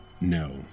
No